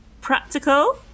practical